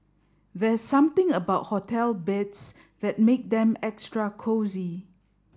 there's something about hotel beds that make them extra cosy